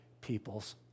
people's